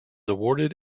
awarded